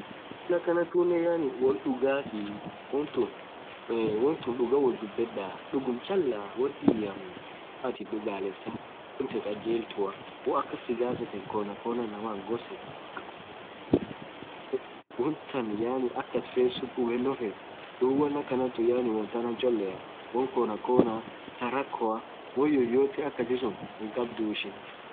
won akhan tunen yaani won dhugathi wonthuun ii wonthu dhuga woth dhubedha dhughum chalaaa won dhibiamu wooathi dhugalesa wothee kaljellthua woo akhan sigafethenu khona khona inamaa hingorsin akhum dansaa ijethee dhubethee wonthan yaani akhat feesun hubheno fethu dhubb won khanathu won thanan cholea won khona khona thaa rakhoa won yoyote akasisun hinkhabdhu ishin